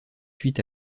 suite